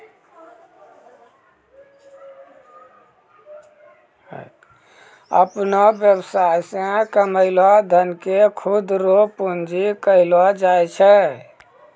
अपनो वेवसाय से कमैलो धन के खुद रो पूंजी कहलो जाय छै